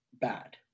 bad